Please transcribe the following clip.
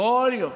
כל יום.